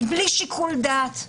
בלי שיקול דעת,